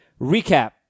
recap